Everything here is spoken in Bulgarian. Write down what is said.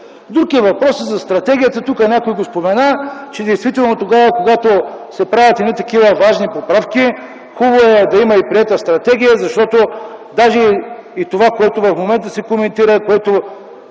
Друг е въпросът за стратегията. Тук някой спомена, че тогава когато се правят едни такива важни поправки, хубаво е да има и приета стратегия, защото даже и в това, което в момента се коментира и